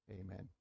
Amen